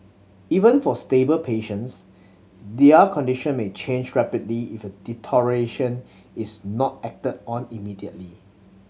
even for stable patients their condition may change rapidly if a deterioration is not acted on immediately